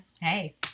Hey